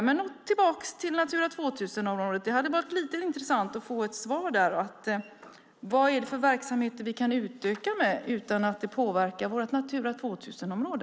För att återgå till Natura 2000-området hade varit det intressant att få veta vilka verksamheter vi kan utöka med, utan att det påverkar vårt Natura 2000-område.